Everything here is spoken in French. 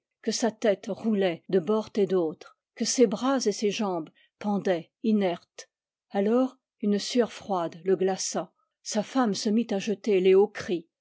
que sa tête roulait de bord et d'autre que ses bras et ses jambes pendaient inertes alors une sueur froide le glaça sa femme se mit à jeter les hauts cris